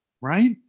right